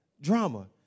Drama